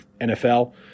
nfl